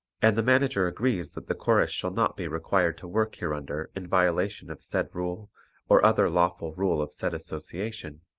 and the manager agrees that the chorus shall not be required to work hereunder in violation of said rule or other lawful rule of said association,